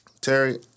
Terry